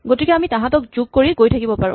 গতিকে আমি তাঁহাতক যোগ কৰি গৈ থাকিব পাৰো